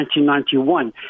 1991